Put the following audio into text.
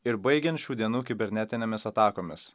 ir baigiant šių dienų kibernetinėmis atakomis